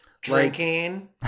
Drinking